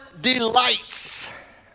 delights